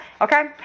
okay